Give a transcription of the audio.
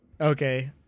Okay